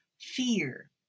fear